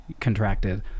contracted